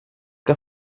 que